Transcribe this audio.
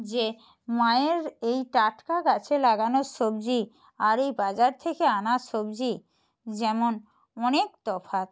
যে মায়ের এই টাটকা গাছে লাগানো সবজি আর এই বাজার থেকে আনা সবজি যেমন অনেক তফাত